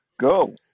Go